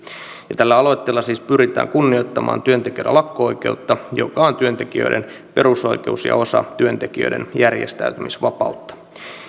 tällä aloitteella siis pyritään kunnioittamaan työntekijöiden lakko oikeutta joka on työntekijöiden perusoikeus ja osa työntekijöiden järjestäytymisvapautta